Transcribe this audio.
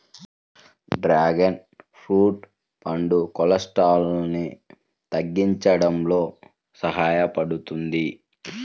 dragon fruit పండు కొలెస్ట్రాల్ను తగ్గించడంలో సహాయపడుతుంది